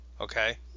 Okay